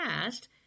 past